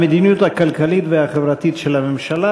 המדיניות הכלכלית והחברתית של הממשלה.